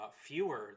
fewer